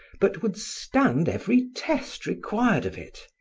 but would stand every test required of it.